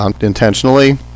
intentionally